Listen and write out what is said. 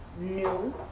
new